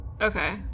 Okay